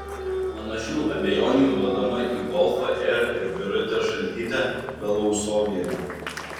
panašių abejonių vedama į golfą ėjo ir birutė šaltytė belousovienė